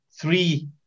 three